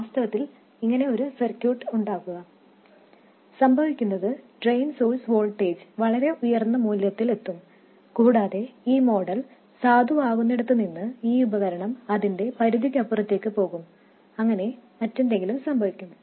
വാസ്തവത്തിൽ നിങ്ങൾ ഇങ്ങനെ ഒരു സർക്യൂട്ട് ഉണ്ടാക്കുകയാണെങ്കിൽ സംഭവിക്കുന്നത് ഡ്രെയിൻ സോഴ്സ് വോൾട്ടേജ് വളരെ ഉയർന്ന മൂല്യത്തിൽ എത്തും കൂടാതെ ഈ മോഡൽ സാധുവാകുന്നിടത്തു നിന്ന് ഈ ഉപകരണം അതിന്റെ പരിധിക്കപ്പുറത്തേക്ക് പോകും അങ്ങനെ മറ്റെന്തെങ്കിലും സംഭവിക്കും